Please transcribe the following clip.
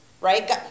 right